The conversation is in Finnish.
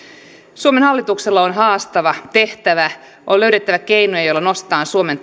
suomen hallituksella on haastava tehtävä on löydettävä keinoja joilla nostetaan suomen